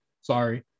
Sorry